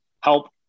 help